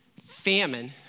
Famine